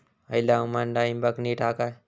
हयला हवामान डाळींबाक नीट हा काय?